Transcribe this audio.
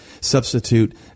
substitute